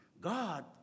God